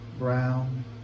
brown